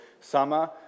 summer